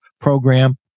program